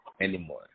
anymore